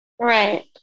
Right